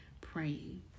praying